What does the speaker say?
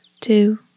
two